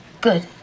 Good